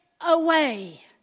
away